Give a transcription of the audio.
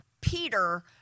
Peter